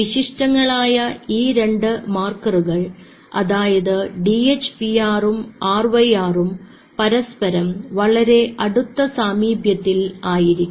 വിശിഷ്ടങ്ങളായ ഈ രണ്ട് മാർക്കറുകൾഅതായത് ഡി എച്ച്പിആർ ഉം ആർ വൈ ആർ ഉം പരസ്പരം വളരെ അടുത്ത സാമീപ്യത്തിൽ ആയിരിക്കണം